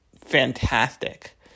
fantastic